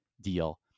deal